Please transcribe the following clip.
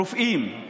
רופאים.